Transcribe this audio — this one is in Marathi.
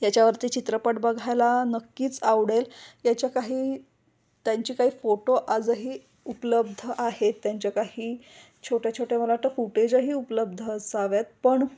याच्यावरती चित्रपट बघायला नक्कीच आवडेल याच्या काही त्यांची काही फोटो आजही उपलब्ध आहेत त्यांच्या काही छोट्या छोट्या मला वाटतं काही फुटेजही उपलब्ध असावेत पण